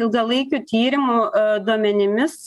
ilgalaikių tyrimų duomenimis